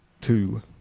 two